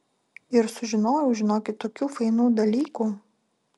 ir sužinojau žinokit tokių fainų dalykų